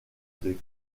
des